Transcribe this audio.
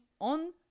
on